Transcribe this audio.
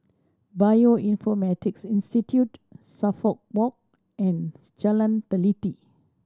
Bioinformatics Institute Suffolk Walk and Jalan Teliti